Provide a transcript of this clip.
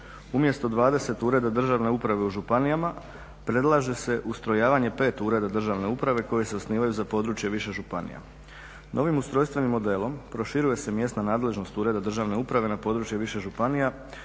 Umjesto 20 ureda državne uprave u županijama predlaže se ustrojavanje pet ureda državne uprave koje se osnivaju za području više županija. Novim ustrojstvenim modelom proširuje se mjesna nadležnost ureda državne uprave na područje više županija,